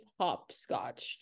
hopscotched